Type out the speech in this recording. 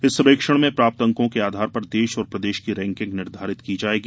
इस सर्वेक्षण में प्राप्त अंकों के आधार पर देश और प्रदेश की रैंकिंग निर्धारित की जायेगी